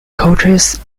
coaches